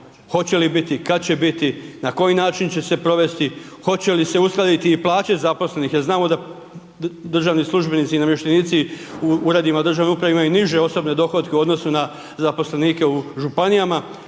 hoće li biti, kad će biti, na koji način će se provesti, hoće li se uskladiti i plaće zaposlenih jer znamo da državni službenici i namještenici u uredima državne uprave imaju niže osobne dohotke u odnosu na zaposlenike u županijama,